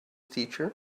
teacher